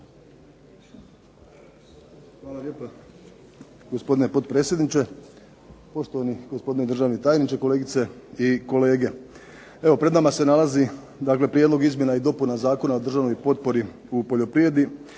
Hvala lijepa gospodine potpredsjedniče, poštovani gospodine državni tajniče, kolegice i kolege. Evo pred nama se nalazi prijedlog izmjena i dopuna Zakona o državnoj potpori u poljoprivredi